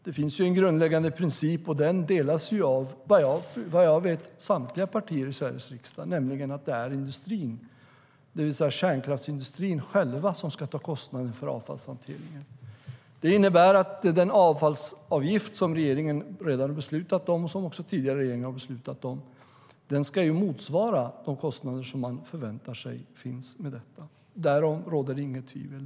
Det finns en grundläggande princip, och den delas, vad jag vet, av samtliga partier i Sveriges riksdag, nämligen att det är industrin, det vill säga kärnkraftsindustrin, som ska ta kostnaden för avfallshanteringen. Det innebär att den avfallsavgift som regeringen redan beslutat om och som också tidigare regering beslutat om ska motsvara de kostnader som man förväntar sig ska finnas. Därom råder inget tvivel.